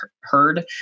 heard